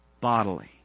bodily